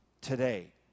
today